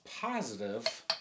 positive